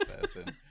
person